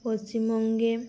পশ্চিমবঙ্গে